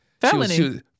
felony